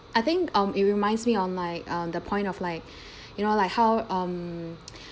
I think um it reminds me on like um the point of like you know like how um